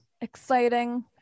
exciting